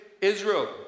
Israel